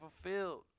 fulfilled